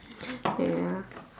ya